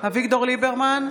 אביגדור ליברמן,